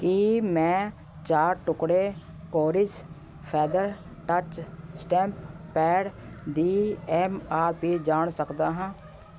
ਕੀ ਮੈਂ ਚਾਰ ਟੁਕੜੇ Kores feather touch stamp pad ਦੀ ਐੱਮ ਆਰ ਪੀ ਜਾਣ ਸਕਦਾ ਹਾਂ